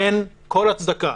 אין כל הצדקה